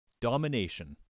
domination